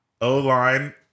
O-line